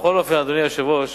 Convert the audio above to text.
בכל אופן, אדוני היושב-ראש,